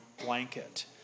blanket